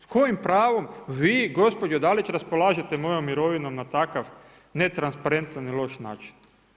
S kojim pravom, vi gospođo Dalić raspolažete mojom mirovinom na takav netransparentan loš način?